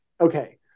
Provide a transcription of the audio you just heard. Okay